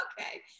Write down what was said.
okay